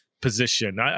position